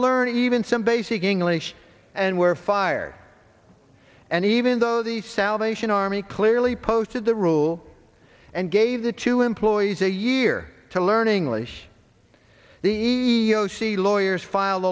learn even some basic english and were fired and even though the salvation army clearly posted the rule and gave the two employees a year to learn english the sea lawyers file